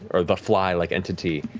or the fly-like entity,